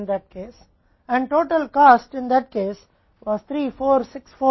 अब तुलना करने से हमें क्या हासिल होता है